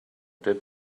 did